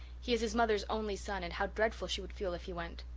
he is his mother's only son and how dreadful she would feel if he went.